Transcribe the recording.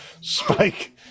Spike